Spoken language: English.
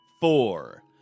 four